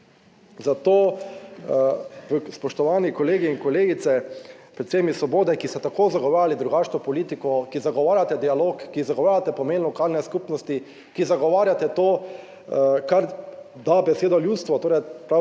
Zato, spoštovani kolegi in kolegice, predvsem iz Svobode, ki ste tako zagovarjali drugačno politiko, ki zagovarjate dialog, ki zagovarjate pomen lokalne skupnosti, ki zagovarjate to, kar da besedo ljudstvo, torej prav